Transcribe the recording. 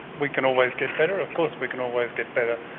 we can always get better, of course we can always get better,